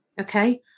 Okay